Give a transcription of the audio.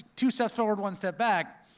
two steps forward, one step back.